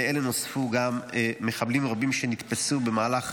לאלה נוספו מחבלים רבים שנתפסו במהלך